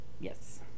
Yes